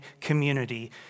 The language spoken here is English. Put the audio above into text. community